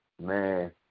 man